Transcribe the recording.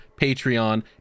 Patreon